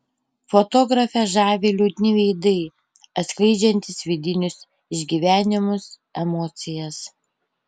fotografę žavi liūdni veidai atskleidžiantys vidinius išgyvenimus emocijas